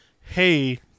hey